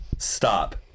stop